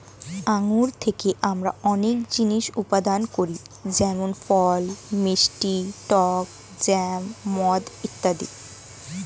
আঙ্গুর থেকে আমরা অনেক জিনিস উৎপাদন করি যেমন ফল, মিষ্টি, টক জ্যাম, মদ ইত্যাদি